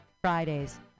Fridays